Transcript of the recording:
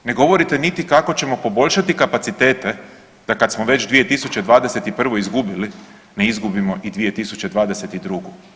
Ne govorite niti kako ćemo poboljšati kapacitet da kad smo već 2021. izgubili, ne izgubimo i 2022.